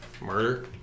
Murder